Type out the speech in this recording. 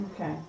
Okay